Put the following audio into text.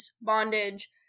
bondage